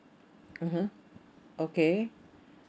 mmhmm okay